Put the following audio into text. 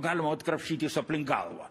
galima vat krapštytis aplink galvą